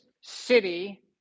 city